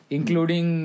Including